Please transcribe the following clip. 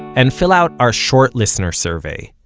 and fill out our short listener survey.